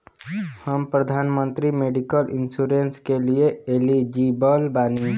हम प्रधानमंत्री medical insurance के लिए एलिजिबल बानी?